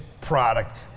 product